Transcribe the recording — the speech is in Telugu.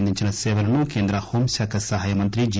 అందించిన సేవలను కేంద్ర హోం శాఖ సహాయ మంత్రి జి